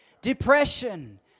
Depression